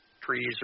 trees